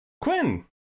Quinn